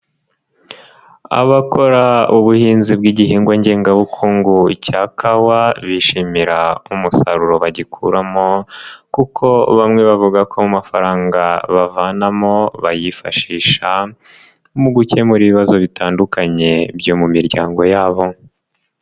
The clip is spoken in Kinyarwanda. Abakora ubuhinzi bw'igihingwa ngengabukungu cya kawa bishimira umusaruro bagikuramo, kuko bamwe bavuga ko mu mafaranga bavanamo bayifashisha, mu gukemura ibibazo bitandukanye byo mu miryango yabo.